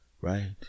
right